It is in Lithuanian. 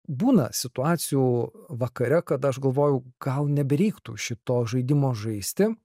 būna situacijų vakare kada aš galvojau gal nebereiktų šito žaidimo žaisti